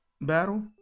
battle